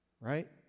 Right